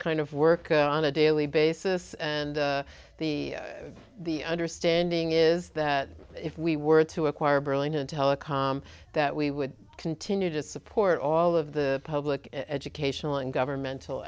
kind of work on a daily basis and the the understanding is that if we were to acquire burlington telecom that we would continue to support all of the public educational and got mental